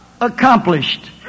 accomplished